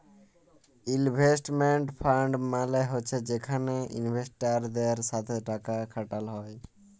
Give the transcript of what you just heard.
investment fund মালে হছে যেখালে ইলভেস্টারদের সাথে টাকা খাটাল হ্যয়